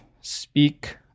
speak